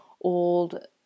old